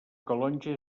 calonge